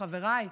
חבריי,